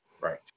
Right